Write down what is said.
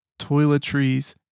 toiletries